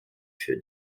für